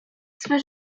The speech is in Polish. swe